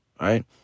Right